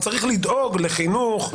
אז צריך לדאוג לחינוך,